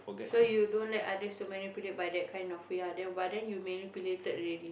so you don't let others to manipulate by that kind of ya then but then you manipulated already